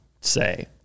say